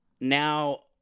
now